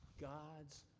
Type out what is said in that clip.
God's